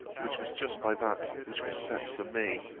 which was just by that which was set for me.